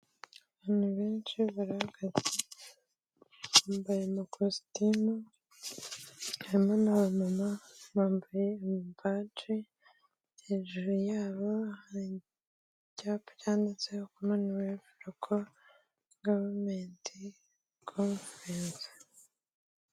Abantu benshi barahagaze, bambaye amakositimu, harimo n'abamama bambaye amabaje, hejuru yabo ibyapa bditseho COMMONWEALTH LOCAL GOVEVERMENT CONFRENCE.